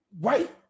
Right